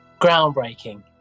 groundbreaking